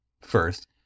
first